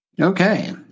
Okay